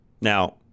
Now